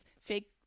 fake